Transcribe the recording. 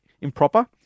improper